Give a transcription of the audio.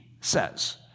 says